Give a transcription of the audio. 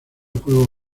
juegos